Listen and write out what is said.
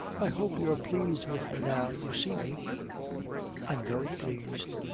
i hope you're pleased with me now you see me i'm very pleased.